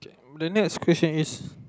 the next question is